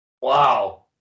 Wow